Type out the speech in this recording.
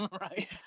right